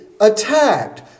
attacked